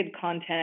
content